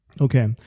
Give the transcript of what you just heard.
okay